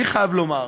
אני חייב לומר,